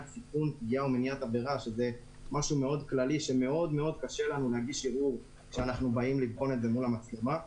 מאוד ושקשה לבחון מול המצלמה ולערער.